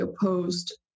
opposed